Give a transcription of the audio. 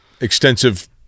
Extensive